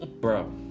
bro